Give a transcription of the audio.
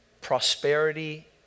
prosperity